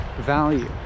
value